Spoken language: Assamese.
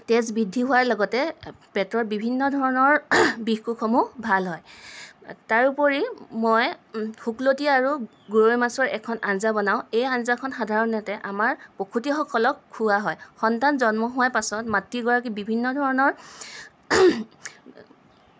তেজ বৃদ্ধি হোৱাৰ লগতে পেটৰ বিভিন্ন ধৰণৰ বিষ কোষসমূহ ভাল হয় তাৰোপৰি মই শুকলতি আৰু গৰৈ মাছৰ এখন আঞ্জা বনাওঁ এই আঞ্জাখন সাধাৰণতে আমাৰ প্ৰসূতিসকলক খুওৱা হয় সন্তান জন্ম হিৱাৰ পিছত মাতৃগৰাকী বিভিন্ন ধৰণৰ